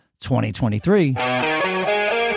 2023